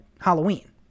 Halloween